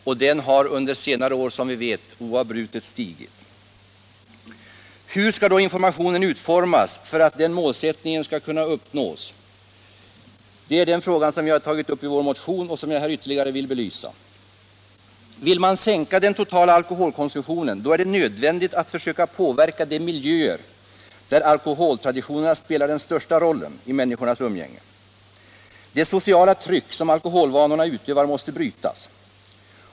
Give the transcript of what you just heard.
Och den har, som vi vet, stigit oavbrutet under senare år. Hur skall då informationen utformas för att den målsättningen skall kunna uppnås? Det är den fråga vi tagit upp i vår motion och som jag här ytterligare vill belysa. Vill man sänka den totala alkoholkonsumtionen är det nödvändigt att försöka påverka de miljöer där alkoholtraditionerna spelar den största rollen i människornas umgänge. Det sociala tryck som alkoholvanorna utövar måste brytas.